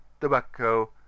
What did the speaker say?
tobacco